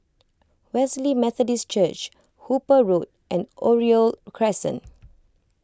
Wesley Methodist Church Hooper Road and Oriole Crescent